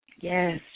Yes